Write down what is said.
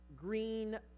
green